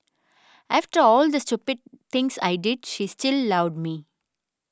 after all the stupid things I did she still loved me